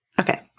Okay